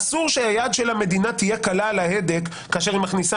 אסור שהיד של המדינה תהיה קלה על ההדק כאשר היא מכניסה